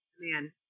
man